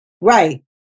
Right